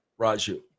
raju